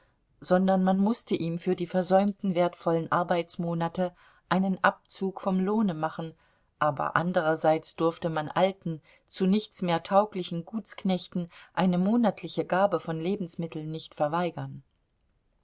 sondern man mußte ihm für die versäumten wertvollen arbeitsmonate einen abzug vom lohne machen aber anderseits durfte man alten zu nichts mehr tauglichen gutsknechten eine monatliche gabe von lebensmitteln nicht verweigern